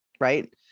right